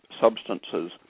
substances